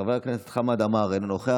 חברת הכנסת אורנה ברביבאי,